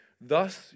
Thus